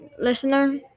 listener